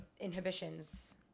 inhibitions